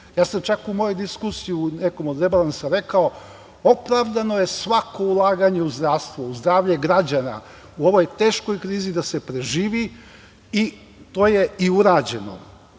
Čak sam u mojoj diskusiji o nekom od rebalansa rekao – opravdano je svako ulaganje u zdravstvo, u zdravlje građana u ovoj teškoj krizi da se preživi i to je i urađeno.